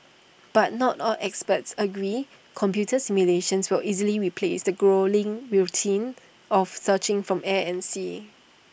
but not all experts agree computer simulations will easily replace the gruelling routine of searching from air and sea